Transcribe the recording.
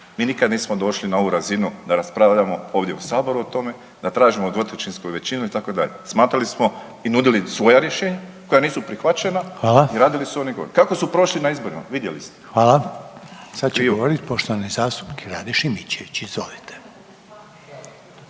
mi nikada nismo došli na ovu razinu da raspravljamo ovdje u saboru o tome, da tražimo 2/3 većinu itd. Smatrali smo i nudili svoja rješenja koja nisu prihvaćena …/Upadica: Hvala./… i radili su oni gore. Kako su prošli na izborima? Vidjeli smo. **Reiner, Željko (HDZ)** Hvala. Sad će govorit poštovani zastupnik Rade Šimičević. Izvolite.